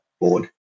board